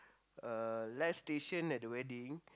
uh live station at the wedding